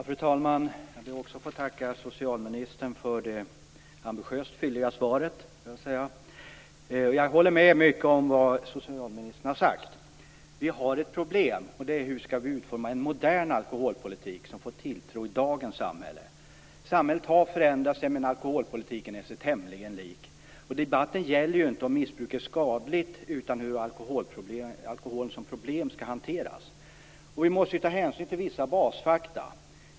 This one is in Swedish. Fru talman! Jag ber också att få tacka socialministern för det ambitiöst fylliga svaret. Jag håller med om mycket av det som socialministern har sagt. Vi har ett problem, och det är hur vi skall utforma en modern alkoholpolitik, som får tilltro i dagens samhälle. Samhället har förändrats, men alkoholpolitiken är sig tämligen lik. Debatten gäller inte om missbruk är skadligt, utan hur alkohol som problem skall hanteras. Vi måste ta hänsyn till vissa basfakta.